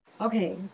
Okay